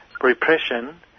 repression